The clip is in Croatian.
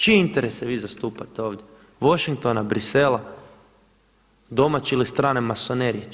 Čije interese vi zastupate ovdje, Washingtona, Brisela, domaće ili strane masonerije?